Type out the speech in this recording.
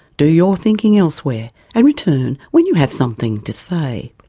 do your thinking elsewhere and return when you have something to say.